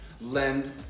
lend